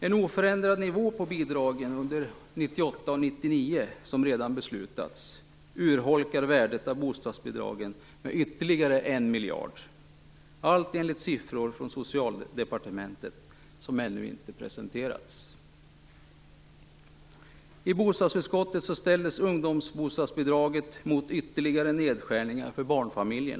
1999, som redan beslutats, urholkar värdet av bostadsbidragen med ytterligare 1 miljard, allt enligt siffror från Socialdepartementet som ännu inte presenterats. I bostadsutskottet ställdes ungdomsbostadsbidraget mot ytterligare nedskärningar för barnfamiljerna.